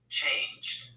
changed